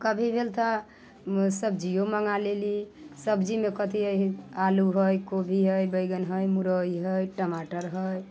कभी भेल तऽ सब्जियो मँगा लेली सब्जीमे कथी हय आलू हय कोबी हय बैगन हय मूरइ हय टमाटर हय